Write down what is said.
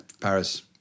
Paris